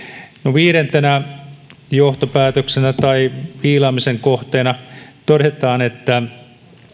viidentenä johtopäätöksenä tai viilaamisen kohteena todetaan että